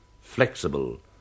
flexible